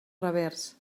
revers